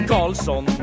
Carlson